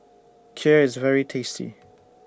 Kheer IS very tasty